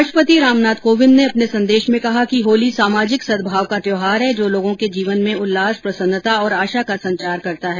राष्ट्रपति रामनाथ कोविंद ने अपने संदेश में कहा कि होली सामाजिक सद्भाव का त्यौहार है जो लोगों के जीवन में उल्लास प्रसन्नता और आशा का संचार करता है